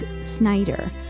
Snyder